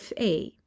fa